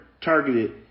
targeted